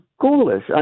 ghoulish